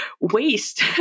waste